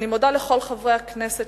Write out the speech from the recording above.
אני מודה לכל חברי הכנסת